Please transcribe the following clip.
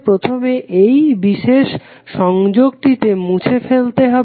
প্রথমে এই বিশেষ সংযোগটিকে মুছে ফেলতে হবে